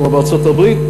כמו בארצות-הברית,